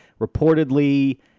Reportedly